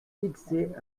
fixer